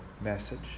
message